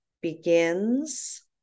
begins